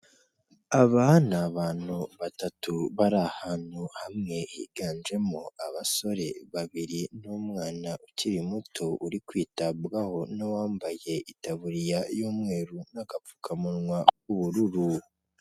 Aba ni abantu batatu bari ahantu hamwe higanjemo abasore babiri n'umwana ukiri muto uri kwitabwaho n'uwambaye itaburiya y'umweru n'agapfukamunwa k'ubururu.